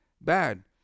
bad